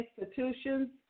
institutions